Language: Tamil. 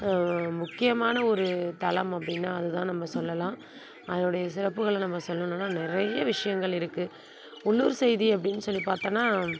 முக்கியமான ஒரு தலம் அப்படின்னா அதுதான் நம்ம சொல்லலாம் அதனுடைய சிறப்புகளை நம்ம சொல்லணுன்னால் நிறைய விஷயங்கள் இருக்குது உள்ளூர் செய்தி அப்படின்னு சொல்லிப் பார்த்தோன்னா